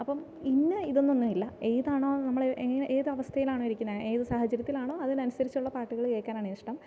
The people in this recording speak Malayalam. അപ്പം ഇന്ന ഇതെന്നെന്നുമില്ല ഏതാണോ നമ്മൾ എങ്ങനെ ഏത് അവസ്ഥയിലാണോ ഇരിക്കുന്നത് ഏത് സാഹചര്യത്തിൽ ആണോ അതിനനുസരിച്ചുള്ള പാട്ടുകൾ കേൾക്കാനാണ് ഇഷ്ടം